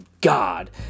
God